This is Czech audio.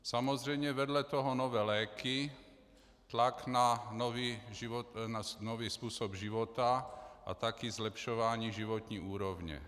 Samozřejmě vedle toho nové léky, tlak na nový způsob života a také zlepšování životní úrovně.